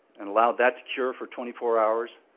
and allowed that to cure for twenty four hours,